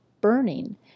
burning